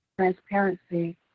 Transparency